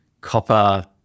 copper